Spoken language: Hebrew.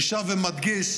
אני שב ומדגיש: